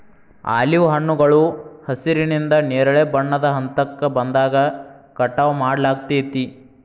olive ಹಣ್ಣುಗಳು ಹಸಿರಿನಿಂದ ನೇರಳೆ ಬಣ್ಣದ ಹಂತಕ್ಕ ಬಂದಾಗ ಕಟಾವ್ ಮಾಡ್ಲಾಗ್ತೇತಿ